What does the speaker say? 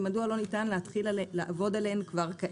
ומדוע לא ניתן להתחיל לעבוד עליהן כבר כעת?